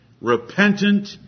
repentant